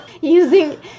Using